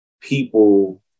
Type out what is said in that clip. people